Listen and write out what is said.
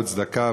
צדקה,